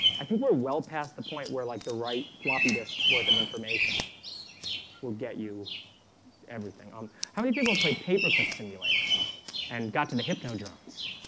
i think we're well past the point where like the right floppy disks worth of information will get you everything on how many people play paperclip simulator and got to the hypno drones,